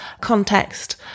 context